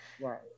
right